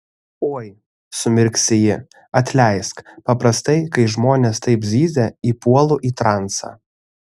oi sumirksi ji atleisk paprastai kai žmonės taip zyzia įpuolu į transą